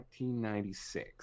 1996